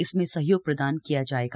इसमें सहयोग प्रदान किया जायेगा